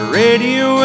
radio